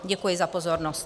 Děkuji za pozornost.